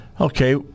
Okay